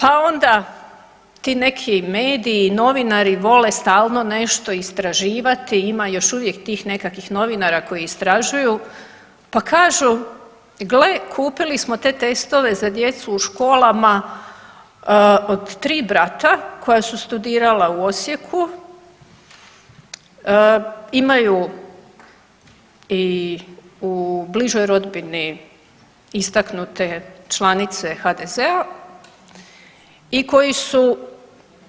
Pa onda ti neki mediji novinari vole stalno nešto istraživati i ima još uvijek tih nekakvih novinara koji istražuju pa kažu gle kupili smo te testove za djecu u školama od tri brata koja su studirala u Osijeku, imaju i u bližoj rodbini istaknute članice HDZ-a i koji su